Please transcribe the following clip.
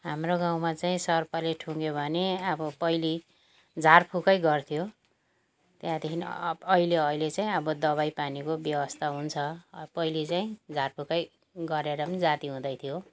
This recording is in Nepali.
हाम्रो गाउँमा चाहिँ सर्पले ठुङ्यो भने अब पहिला झारफुकै गर्थ्यो त्यहाँदेखि अहिले अहिले चाहिँ अब दबाई पानीको व्यवस्था हुन्छ अब पहिला चाहिँ झारफुकै गरेर पनि जाती हुँदै थियो